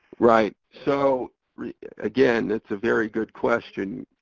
right. so again, it's a very good question.